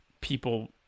people